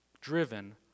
driven